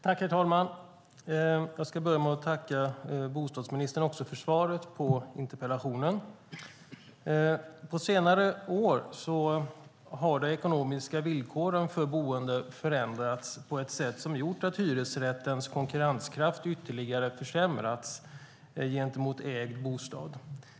Herr talman! Jag ska börja med att tacka bostadsministern för svaret på interpellationen. På senare år har de ekonomiska villkoren för boende förändrats på ett sätt som gjort att hyresrättens konkurrenskraft ytterligare har försämrats gentemot den för ägd bostad.